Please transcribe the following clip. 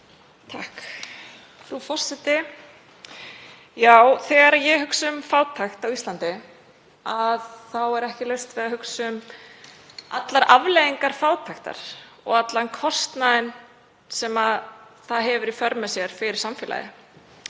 Frú forseti. Þegar ég hugsa um fátækt á Íslandi þá er ekki laust við að ég hugsi um allar afleiðingar fátæktar og allan kostnaðinn sem hún hefur í för með sér fyrir samfélagið.